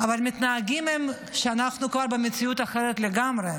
אבל הם מתנהגים כאילו אנחנו כבר במציאות אחרת לגמרי.